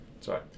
Sorry